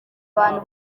abantu